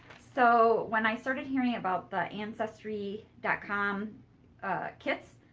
so when i started hearing about the ancestry dot com kits,